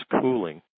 cooling